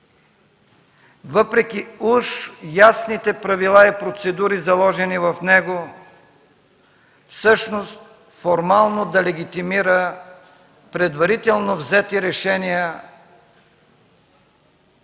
въпреки уж ясните правила и процедури, заложени в него, всъщност формално да легитимира предварително взети решения